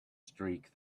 streak